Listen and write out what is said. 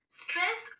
stress